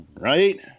Right